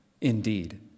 Indeed